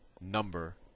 number